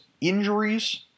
injuries